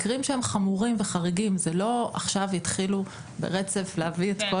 מדובר במקרים שהם חמורים וחריגים; זה לא שעכשיו יתחילו להביא את כל